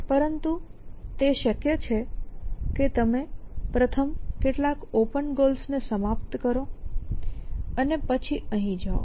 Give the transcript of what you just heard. પરંતુ તે શક્ય છે કે તમે પ્રથમ કેટલાક ઓપન ગોલ્સને સમાપ્ત કરો અને પછી અહીં જાઓ